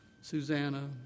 Susanna